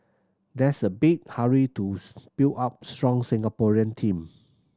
there's a big hurry to build up strong Singaporean team